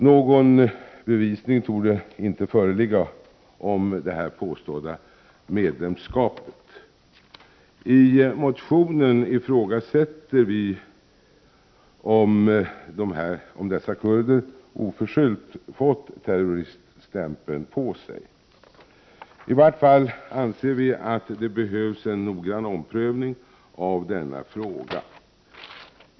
Någon bevisning torde inte föreligga om det här påstådda medlemskapet. I vår motion skriver vi att man kan fråga sig om dessa kurder oförskyllt fått terroriststämpeln på sig. I varje fall anser vi att det behövs en noggrann omprövning av denna fråga.